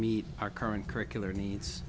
meet our current curricular nee